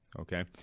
okay